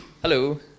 Hello